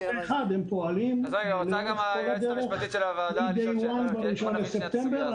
21 לאורך כל הדרך מ-day one ב-1 בספטמבר.